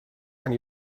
and